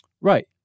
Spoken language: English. Right